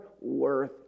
worth